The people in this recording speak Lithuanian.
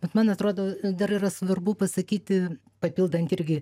bet man atrodo dar yra svarbu pasakyti papildant irgi